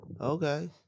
Okay